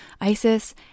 Isis